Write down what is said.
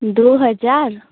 दो हज़ार